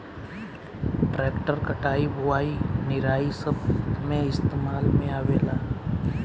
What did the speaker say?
tractor कटाई, बुवाई, निराई सब मे इस्तेमाल में आवेला